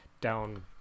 down